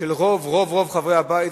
של רוב-רוב-רוב חברי הבית,